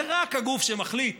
זה רק הגוף שמחליט